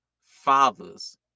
fathers